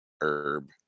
herb